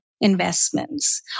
Investments